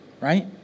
right